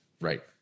Right